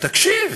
תקשיב,